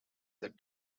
that